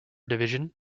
division